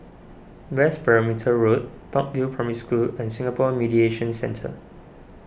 West Perimeter Road Park View Primary School and Singapore Mediation Centre